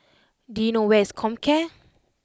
do you know where is Comcare